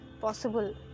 possible